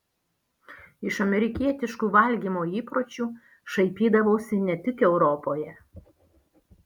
iš amerikietiškų valgymo įpročių šaipydavosi ne tik europoje